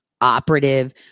operative